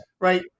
right